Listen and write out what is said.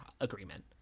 agreement